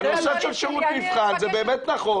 בנושא של שירות מבחן זה באמת נכון.